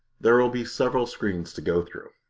there will be several screens to go through.